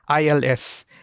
ILS